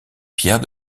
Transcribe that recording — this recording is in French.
pierre